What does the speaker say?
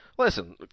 Listen